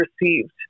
received